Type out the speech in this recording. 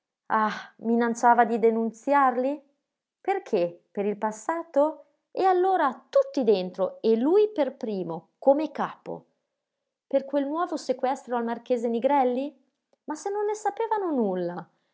ah minacciava di denunziarli perché per il passato e allora tutti dentro e lui per il primo come capo per quel nuovo sequestro al marchese nigrelli ma se non ne sapevano nulla